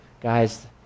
guys